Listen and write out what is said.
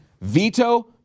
veto